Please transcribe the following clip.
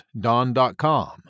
Don.com